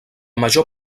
major